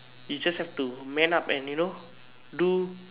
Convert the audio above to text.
you just have to man up and you know do